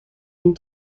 and